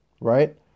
right